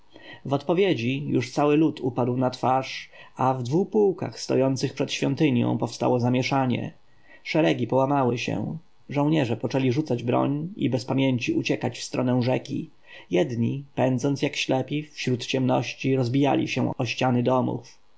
odpowiedzi już cały lud upadł na twarz a w dwu pułkach stojących przed świątynią powstało zamieszanie szeregi połamały się żołnierze poczęli rzucać broń i bez pamięci uciekać w stronę rzeki jedni pędząc jak ślepi wśród ciemności rozbijali się o ściany domów